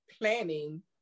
planning